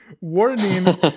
Warning